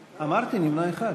אמרתי: נמנע אחד.